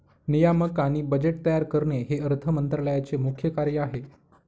नियामक आणि बजेट तयार करणे हे अर्थ मंत्रालयाचे मुख्य कार्य आहे